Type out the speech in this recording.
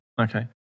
Okay